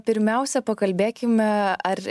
pirmiausia pakalbėkime ar